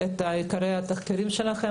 את עיקרי התחקירים שלכם,